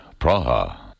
Praha